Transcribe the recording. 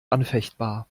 anfechtbar